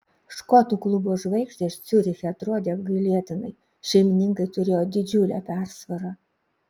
škotų klubo žvaigždės ciuriche atrodė apgailėtinai šeimininkai turėjo didžiulę persvarą